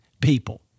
people